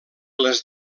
les